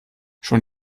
schon